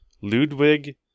Ludwig